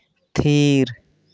ᱛᱷᱤᱨ